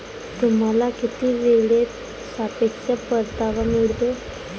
तुम्हाला किती वेळेत सापेक्ष परतावा मिळतो?